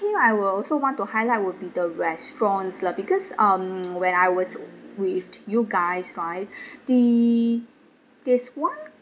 thing I will also want to highlight would be the restaurants lah because um when I was with you guys right the this one